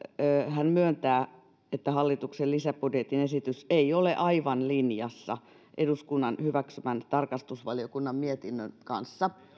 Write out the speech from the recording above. hän myöntää että hallituksen lisäbudjetin esitys ei ole aivan linjassa eduskunnan hyväksymän tarkastusvaliokunnan mietinnön kanssa